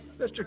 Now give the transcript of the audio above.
Mr